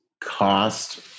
cost